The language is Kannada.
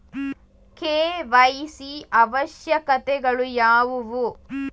ಕೆ.ವೈ.ಸಿ ಅವಶ್ಯಕತೆಗಳು ಯಾವುವು?